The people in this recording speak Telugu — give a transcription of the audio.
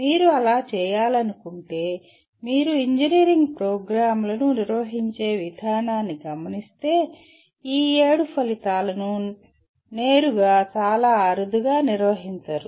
మీరు అలా చేయాలనుకుంటే మీరు ఇంజనీరింగ్ ప్రోగ్రామ్లను నిర్వహించే విధానాన్ని గమనిస్తే ఈ ఏడు ఫలితాలను నేరుగా చాలా అరుదుగా నిర్వహించరు